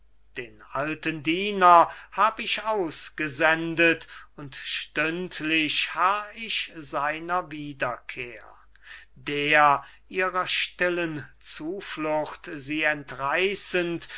den alten diener hab ich ausgesendet und stündlich harr ich seiner wiederkehr der ihrer stillen zuflucht sie entreißend